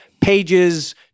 pages